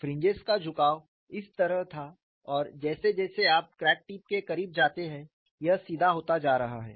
fringes का झुकाव इस तरह था और जैसे जैसे आप क्रैक टिप के करीब जाते हैं यह सीधा होता जा रहा है